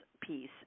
piece